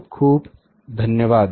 खूप खूप धन्यवाद